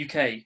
UK